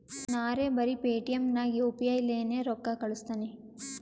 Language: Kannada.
ನಾರೇ ಬರೆ ಪೇಟಿಎಂ ನಾಗ್ ಯು ಪಿ ಐ ಲೇನೆ ರೊಕ್ಕಾ ಕಳುಸ್ತನಿ